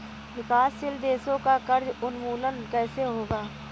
विकासशील देशों का कर्ज उन्मूलन कैसे होगा?